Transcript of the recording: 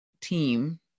team